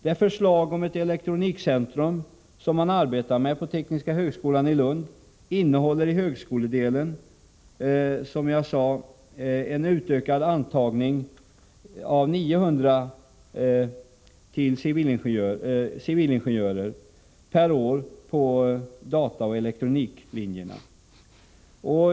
Det förslag om ett elektronikcentrum som tekniska högskolan i Lund arbetar med innehåller i högskoledelen, som jag sade, en utökad antagning av 100 civilingenjörer per år på dataoch elektroniklinjerna.